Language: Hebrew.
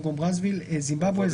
(קונגו בראזוויל); זימבבואה,